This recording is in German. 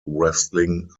wrestling